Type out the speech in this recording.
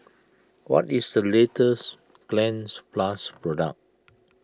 what is the latest Cleanz Plus product